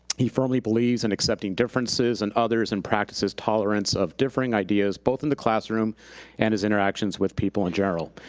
he firmly believes in accepting differences in others, and practices tolerance of differing ideas, both in the classroom and his interactions with people in general.